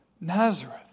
Nazareth